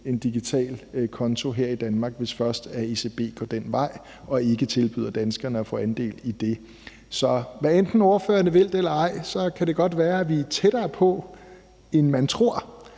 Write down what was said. en digital konto her i Danmark, hvis først ECB går den vej og ikke tilbyder danskerne at få andel i det? Så hvad enten ordførerne vil det eller ej, kan det godt være, vi er tættere, end man tror,